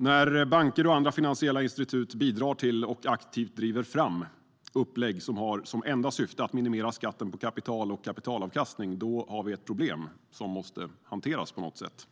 När banker och andra finansiella institut bidrar till och aktivt driver fram upplägg som har som enda syfte att minimera skatten på kapital och kapitalavkastning har vi ett problem som måste hanteras på något sätt.